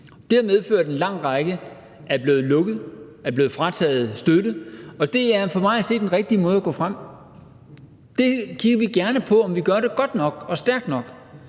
Det har medført, at en lang række er blevet lukket, er blevet frataget støtte, og det er for mig at se den rigtige måde at gå frem på. Venstre kigger gerne på, om det gøres godt nok og stærkt nok,